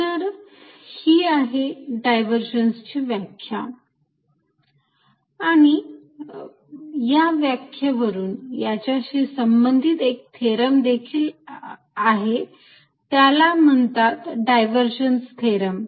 तर ही आहे डायव्हर्जन्स ची व्याख्या आणि या व्याख्येवरून याच्याशी संबंधित एक थेरम देखील आहे त्याला म्हणतात डायव्हर्जन्स थेरम